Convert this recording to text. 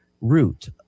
root